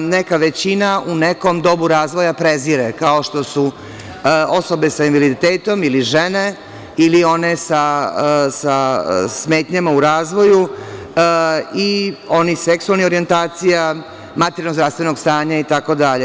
neka većina u nekom dobu razvoja prezire, kao što su osobe sa invaliditetom, ili žene, ili one sa smetnjama u razvoju, i onih seksualnih orijentacija, materijalnog, zdravstvenog stanja itd.